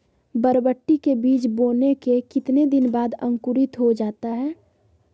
बरबटी के बीज बोने के कितने दिन बाद अंकुरित हो जाता है?